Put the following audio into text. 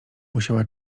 musiała